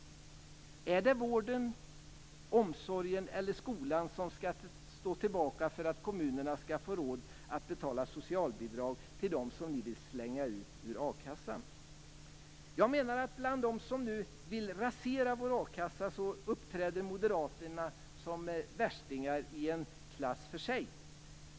Är det vården, omsorgen eller skolan som skall stå tillbaka för att kommunerna skall få råd att betala socialbidrag till dem som ni vill slänga ut ur a-kassan? Jag menar att det bland dem som nu vill rasera vår a-kassa uppträder moderaterna som värstingar i en klass för sig.